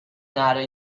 نره